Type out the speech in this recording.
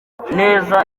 neza